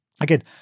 Again